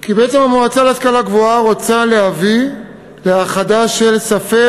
כי בעצם המועצה להשכלה גבוהה רוצה להביא להאחדה של ספי